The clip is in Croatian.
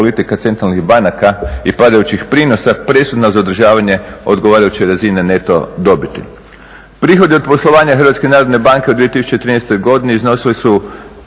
Hrvatske narodne banke za 2013. godinu. Tko je